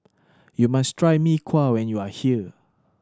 you must try Mee Kuah when you are here